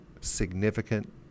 significant